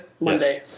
Monday